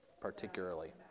particularly